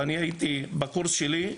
ואני הייתי בקורס שלי,